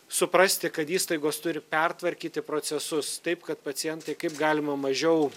suprasti kad įstaigos turi pertvarkyti procesus taip kad pacientai kaip galima mažiau